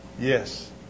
Yes